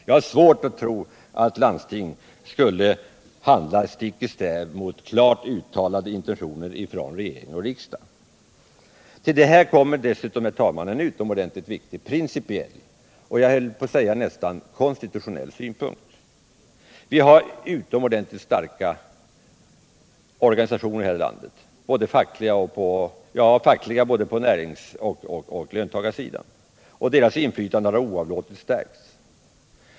Jag har svårt att tro att landstingen skulle handla stick i stäv med klart uttalade intentioner från regering och riksdag. Till detta kommer en ytterst viktig principiell och, jag höll på att säga, konstitutionell synpunkt. Vi har utomordentligt starka fackliga organisationer här i landet, både på näringslivsoch på löntagarsidan. Deras inflytande har oavlåtligt stärkts.